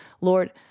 Lord